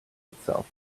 itself